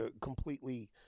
completely